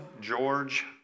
George